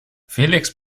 felix